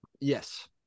Yes